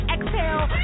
Exhale